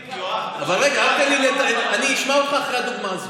רגע, אני אשמע אותך אחרי הדוגמה הזאת.